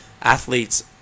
athletes